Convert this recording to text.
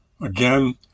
again